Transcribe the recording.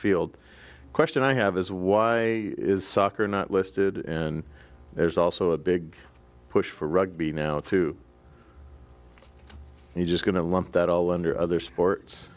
field question i have is why is soccer not listed and there's also a big push for rugby now too you just going to lump that all under other sports